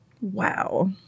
wow